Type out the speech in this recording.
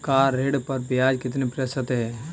Car ऋण पर ब्याज कितने प्रतिशत है?